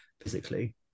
physically